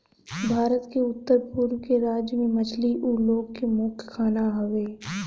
भारत के उत्तर पूरब के राज्य में मछली उ लोग के मुख्य खाना हवे